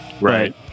Right